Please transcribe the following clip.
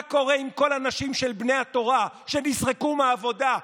מה קורה עם כל הנשים של בני התורה שנזרקו מהעבודה,